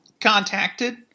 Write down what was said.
contacted